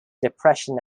depression